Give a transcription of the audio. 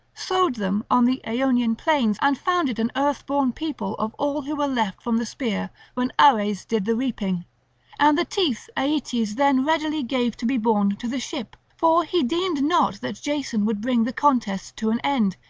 sowed them on the aonian plains and founded an earthborn people of all who were left from the spear when ares did the reaping and the teeth aeetes then readily gave to be borne to the ship, for he deemed not that jason would bring the contest to an end,